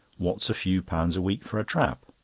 what's a few pounds a week for a trap?